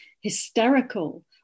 hysterical